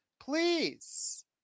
please